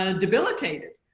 ah debilitated.